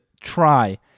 try